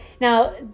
now